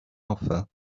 offer